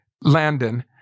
Landon